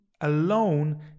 alone